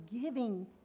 giving